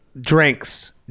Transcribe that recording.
drinks